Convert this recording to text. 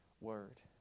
word